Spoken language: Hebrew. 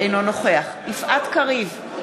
אינו נוכח יפעת קריב,